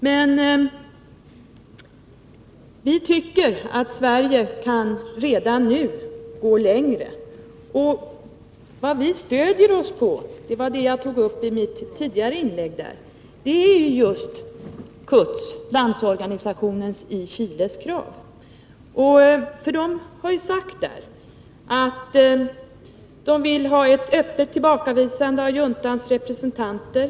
Men vi tycker att Sverige redan nu kan gå längre. Det vi stöder oss på — jag tog upp det i mitt tidigare inlägg — är just CUT:s, landsorganisationens i Chile, krav. CUT har ju sagt att det vill ha ett öppet tillbakavisande av juntans representanter.